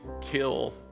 kill